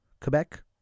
Quebec